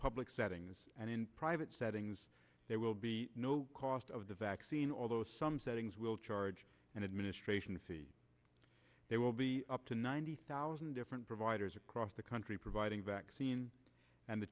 public settings and in private settings there will be no cost of the vaccine although some settings will charge and administration there will be up to ninety thousand different providers across the country providing vaccines and the